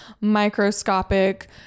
microscopic